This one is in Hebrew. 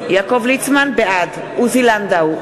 בעד עוזי לנדאו,